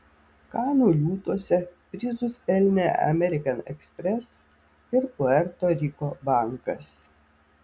kanų liūtuose prizus pelnė amerikan ekspres ir puerto riko bankas